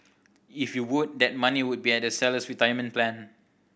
if you would that money will be at the seller's retirement plan